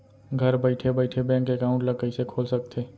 घर बइठे बइठे बैंक एकाउंट ल कइसे खोल सकथे?